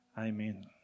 Amen